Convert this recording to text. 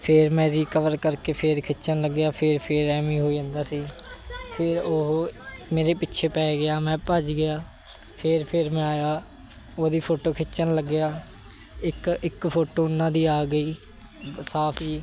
ਫਿਰ ਮੈਂ ਰੀਕਵਰ ਕਰਕੇ ਫਿਰ ਖਿੱਚਣ ਲੱਗਿਆ ਫਿਰ ਫਿਰ ਐਵੇਂ ਹੋਈ ਜਾਂਦਾ ਸੀ ਫਿਰ ਉਹ ਮੇਰੇ ਪਿੱਛੇ ਪੈ ਗਿਆ ਮੈਂ ਭੱਜ ਗਿਆ ਫਿਰ ਫਿਰ ਮੈਂ ਆਇਆ ਉਹਦੀ ਫੋਟੋ ਖਿੱਚਣ ਲੱਗਿਆ ਇੱਕ ਇੱਕ ਫੋਟੋ ਉਹਨਾਂ ਦੀ ਆ ਗਈ ਸਾਫ ਜਿਹੀ